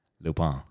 lupin